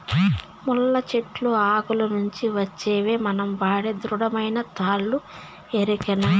ముళ్ళ చెట్లు ఆకుల నుంచి వచ్చేవే మనం వాడే దృఢమైన తాళ్ళు ఎరికనా